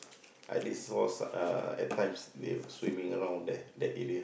I did saw uh at times they swimming around there that area